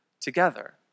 together